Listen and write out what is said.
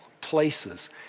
places